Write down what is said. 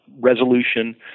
resolution